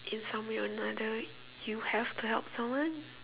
in some way or another you have to help someone